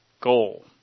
goal